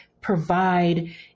provide